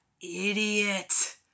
idiot